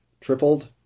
tripled